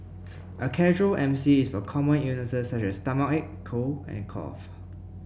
a casual MC is for common illness such as stomachache cold and cough